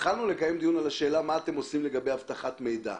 התחלנו לקיים דיון לגבי השאלה מה אתם עושים בעניין אבטחת המידע.